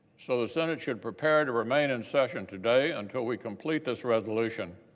so, the senate should repair to remain in session today until we complete this resolution.